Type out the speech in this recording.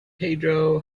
pedro